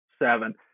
Seven